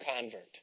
convert